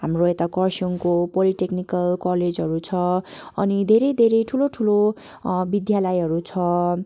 हाम्रो यता कर्सियङको पोल टेकनिकल कलेजहरू छ अनि धेरै धेरै ठुलो ठुलो विद्यालयहरू छ